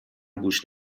گوش